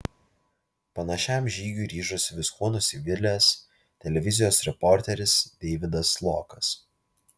panašiam žygiui ryžosi viskuo nusivylęs televizijos reporteris deividas lokas